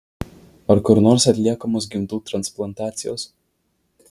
ar kur nors atliekamos gimdų transplantacijos